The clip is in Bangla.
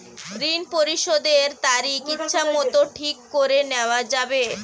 ঋণ পরিশোধের তারিখ ইচ্ছামত ঠিক করে নেওয়া যাবে?